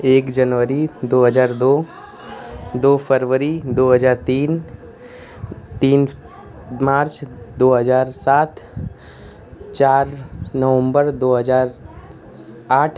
एक जनवरी दो हजार दो दो फरवरी दो हजार तीन तीन मार्च दो हजार सात चार नवंबर दो हजार आठ